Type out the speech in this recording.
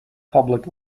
public